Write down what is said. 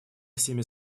всеми